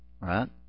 right